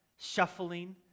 shuffling